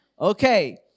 Okay